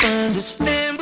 understand